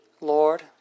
Lord